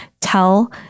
tell